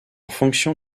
fonction